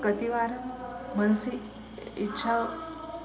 कतिवारं मनसि इच्छा